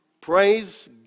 Praise